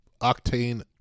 octane